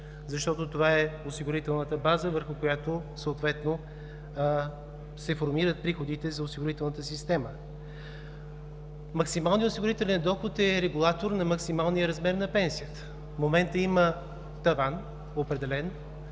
защото това е осигурителната база, върху която съответно се формират приходите за осигурителната система. Максималният осигурителен доход е регулатор на максималния размер на пенсията. В момента има таван, определен